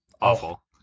awful